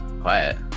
quiet